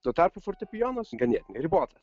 tuo tarpu fortepijonas ganėtinai ribotas